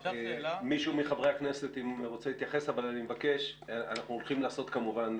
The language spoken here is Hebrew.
אם מישהו מחברי הכנסת רוצה להתייחס אנחנו הולכים לרדת כמובן